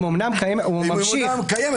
הוא ממשיך